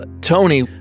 Tony